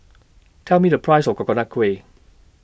Tell Me The Price of Coconut Kuih